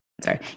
Sorry